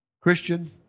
Christian